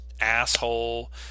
asshole